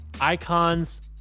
icons